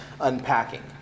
unpacking